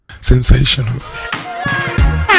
Sensational